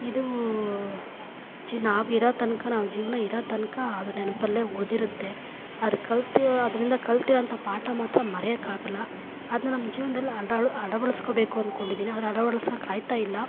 ಇದು ಜಿ ನಾವಿರೋ ತನಕ ನಮ್ಮ ಜೀವನ ಇರೋ ತನಕ ಅದು ನೆನಪಲ್ಲೇ ಉಳಿದಿರುತ್ತೆ ಅದು ಕಲ್ತು ಅದರಿಂದ ಕಲ್ತಿರೋವಂಥ ಪಾಠ ಮಾತ್ರ ಮರೆಯೋಕ್ಕಾಗಲ್ಲ ಅದು ನಮ್ಮ ಜೀವನ್ದಲ್ಲಿ ಅಡಳ್ ಅಳ್ವಡಿಸ್ಕೊಬೇಕು ಅನ್ಕೊಂಡಿದೀನಿ ಆದರೆ ಅಳ್ವಡಿಸೊಕ್ಕಾಯ್ತ ಇಲ್ಲ